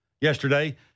yesterday